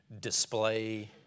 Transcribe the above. display